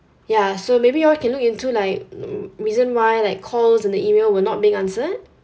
ya so maybe you all can look into like mm reason why like calls and the email were not being answered